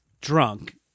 drunk